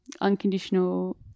unconditional